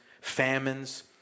famines